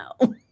no